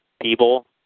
people